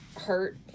hurt